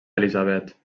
elisabet